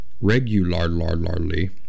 regularly